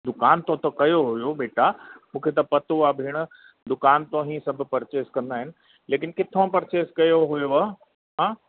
दुकानु थो त कयो हुओ बेटा मूंखे त पतो आहे भेण दुकानु थो ई सभु परचेस कंदा आहिनि लेकिनि किथा परचेस कयो हुयोव तव्हां